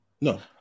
No